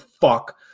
fuck